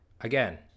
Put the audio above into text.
Again